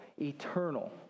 eternal